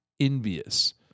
Envious